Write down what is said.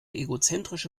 egozentrische